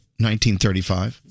1935